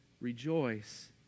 rejoice